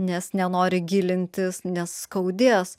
nes nenori gilintis nes skaudės